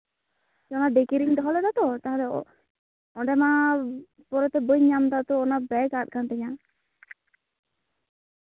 ᱚᱱᱟ ᱰᱤᱠᱤᱨᱮᱧ ᱫᱚᱦᱚ ᱞᱮᱫᱟ ᱛᱳ ᱛᱟᱦᱚᱞᱮ ᱚᱸᱰᱮ ᱢᱟ ᱯᱚᱨᱮᱛᱮ ᱵᱟᱹᱧ ᱧᱟᱢᱫᱟ ᱚᱱᱟ ᱵᱮᱜᱽ ᱟᱫ ᱠᱟᱱ ᱛᱤᱧᱟᱹ